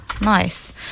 Nice